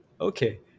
Okay